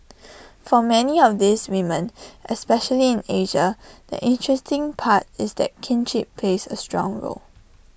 for many of these women especially in Asia the interesting part is that kinship plays A strong role